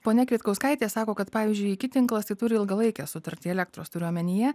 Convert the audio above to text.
ponia kvietkauskaitė sako kad pavyzdžiui iki tinklas tai turi ilgalaikę sutartį elektros turiu omenyje